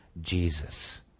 Jesus